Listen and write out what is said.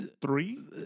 three